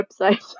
website